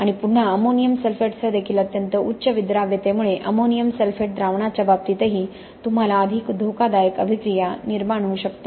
आणि पुन्हा अमोनियम सल्फेटसह देखील अत्यंत उच्च विद्राव्यतेमुळे अमोनियम सल्फेट द्रावणाच्या बाबतीतही तुम्हाला अधिक धोकादायक अभिक्रिया होऊ शकते